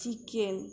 chicken